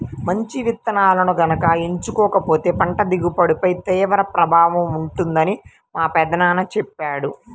మంచి విత్తనాలను గనక ఎంచుకోకపోతే పంట దిగుబడిపై తీవ్ర ప్రభావం ఉంటుందని మా పెదనాన్న చెప్పాడు